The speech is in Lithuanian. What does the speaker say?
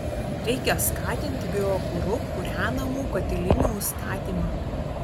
reikia skatinti biokuru kūrenamų katilinių statymą